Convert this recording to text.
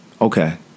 Okay